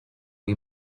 jej